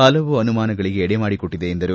ಪಲವು ಅನುಮಾನಗಳಿಗೆ ಎಡೆ ಮಾಡಿಕೊಟ್ಟದೆ ಎಂದರು